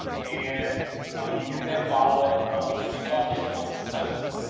and you can then bottle it from the bucket once it settles.